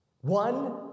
One